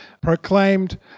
proclaimed